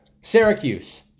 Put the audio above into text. Syracuse